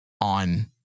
on